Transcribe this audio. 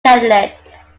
candidates